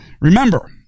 remember